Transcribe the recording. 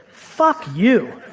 fuck you.